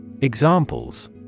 Examples